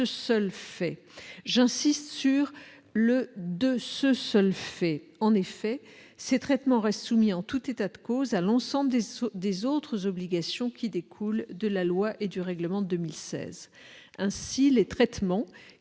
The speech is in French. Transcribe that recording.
seul fait. J'insiste sur l'expression « de ce seul fait ». En effet, ces traitements restent soumis en tout état de cause à l'ensemble des autres obligations qui découlent de la loi et du règlement de 2016. Ainsi, les traitements